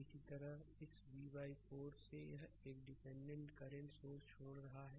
इसी तरह इस v 4 से यह डिपेंडेंटdepende करंट सोर्स छोड़ रहा है